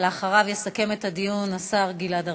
ואחריו יסכם את הדיון השר גלעד ארדן.